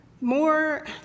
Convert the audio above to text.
more